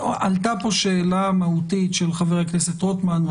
עלתה פה שאלה מהותית של חבר הכנסת רוטמן,